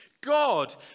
God